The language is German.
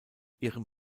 ihrem